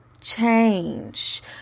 change